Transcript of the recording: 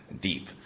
Deep